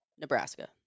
Nebraska